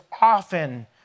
often